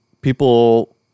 people